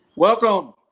Welcome